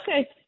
Okay